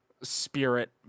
spirit